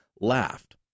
laughed